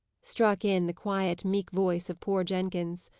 struck in the quiet, meek voice of poor jenkins.